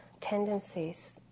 tendencies